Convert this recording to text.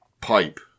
pipe